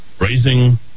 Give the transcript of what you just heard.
raising